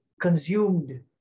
consumed